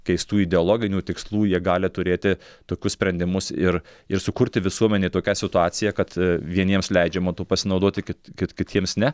keistų ideologinių tikslų jie gali turėti tokius sprendimus ir ir sukurti visuomenėj tokią situaciją kad vieniems leidžiama tuo pasinaudoti kit kit kitiems ne